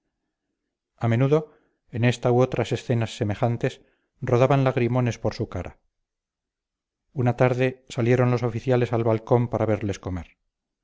a menudo en esta u otras escenas semejantes rodaban lagrimones por su cara una tarde salieron los oficiales al balcón para verles comer